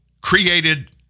created